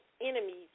enemies